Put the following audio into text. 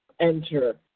enter